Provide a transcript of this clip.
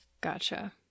Gotcha